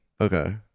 Okay